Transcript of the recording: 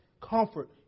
comfort